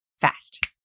fast